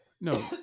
No